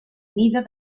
mida